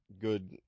good